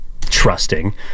trusting